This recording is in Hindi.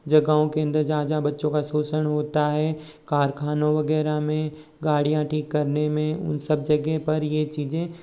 जगहों के अंदर जहाँ जहाँ बच्चों का शोषण होता है कारख़ानों वग़ैरह में गाड़ियाँ ठीक करने में उन सब जगह पर यह चीज़ें